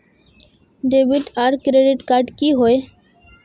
Debit आर credit card की होय?